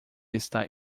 está